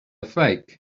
fake